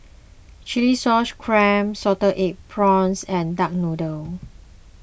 Chilli Sauce Clams Salted Egg Prawns and Duck Noodle